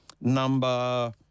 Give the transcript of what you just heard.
number